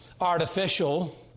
artificial